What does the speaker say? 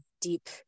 deep